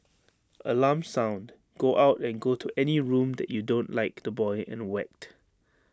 alarm sound go out and go to any room that you don't like the boy and whacked